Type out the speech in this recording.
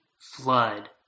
flood